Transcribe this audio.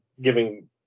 giving